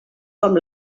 com